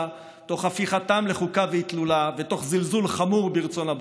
תוך הפיכתם לחוכא ואטלולא ותוך זלזול חמור ברצון הבוחר,